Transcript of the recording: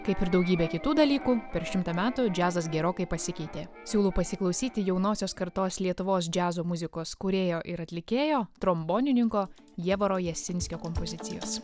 kaip ir daugybė kitų dalykų per šimtą metų džiazas gerokai pasikeitė siūlau pasiklausyti jaunosios kartos lietuvos džiazo muzikos kūrėjo ir atlikėjo trombonininko ievaro jasinskio kompozicijos